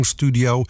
Studio